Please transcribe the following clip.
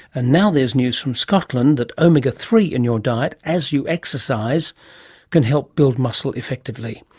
and now there's news from scotland that omega three in your diet as you exercise can help build muscle effectively.